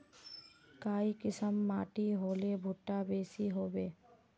काई किसम माटी होले भुट्टा बेसी होबे?